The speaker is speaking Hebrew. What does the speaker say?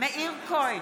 מאיר כהן,